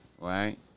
right